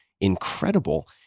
incredible